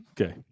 Okay